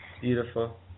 Beautiful